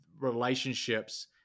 relationships